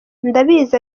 ndabizi